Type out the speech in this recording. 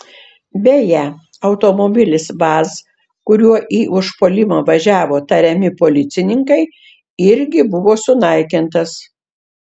beje automobilis vaz kuriuo į užpuolimą važiavo tariami policininkai irgi buvo sunaikintas